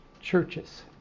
churches